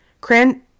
Cran